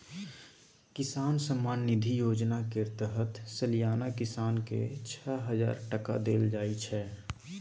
किसान सम्मान निधि योजना केर तहत सलियाना किसान केँ छअ हजार टका देल जाइ छै